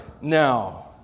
now